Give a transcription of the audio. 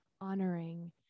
honoring